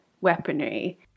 weaponry